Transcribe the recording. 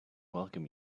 welcome